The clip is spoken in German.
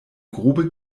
grube